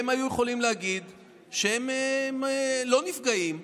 הם היו יכולים להגיד שהם לא נפגעים,